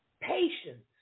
patience